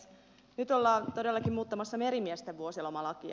nyt ollaan todellakin muuttamassa merimiesten vuosilomalakia